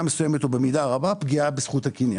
מסוימת או במידה רבה פגיעה בזכות הקניין.